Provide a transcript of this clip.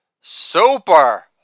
Super